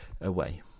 away